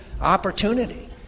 opportunity